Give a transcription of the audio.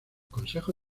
consejo